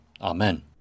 Amen